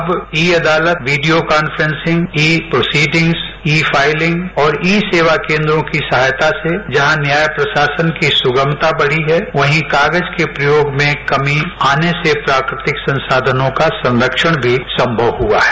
अब ई अदालत video conferencing e proceedings e filing और ई सेवा केन्द्रों की सहायता से जहां न्याय प्रशासन की सुगमता बढ़ी है वहीं कागज के प्रयोग में कमी आने से प्राकृतिक संसाधनों का संरक्षण भी संभव हुआ है